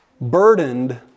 burdened